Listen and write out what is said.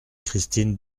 christine